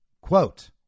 quote